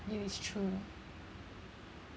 knew it's true